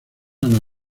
han